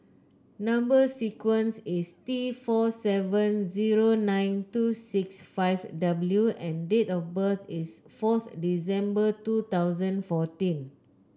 number sequence is T four seven zero nine two six five W and date of birth is forth December two thousand fourteen